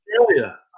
Australia